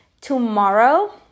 tomorrow